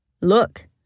Look